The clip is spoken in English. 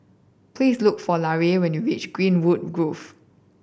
please look for Larae when you reach Greenwood Grove